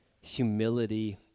humility